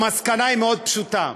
המסקנה היא מאוד פשוטה: